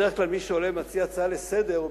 בדרך כלל מי שעולה ומציע הצעה לסדר-היום,